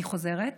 אני חוזרת: